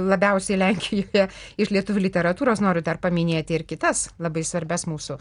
labiausiai lenkijoje iš lietuvių literatūros noriu paminėti ir kitas labai svarbias mūsų